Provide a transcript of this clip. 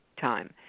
time